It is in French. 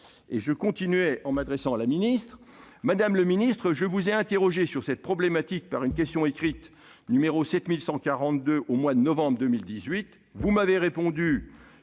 ». Je continuais en m'adressant ainsi à la ministre :« Madame le ministre, je vous ai interrogée sur cette problématique par une question écrite n° 7142 au mois de novembre 2018. Vous m'avez répondu